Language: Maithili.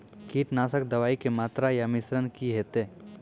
कीटनासक दवाई के मात्रा या मिश्रण की हेते?